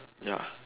ya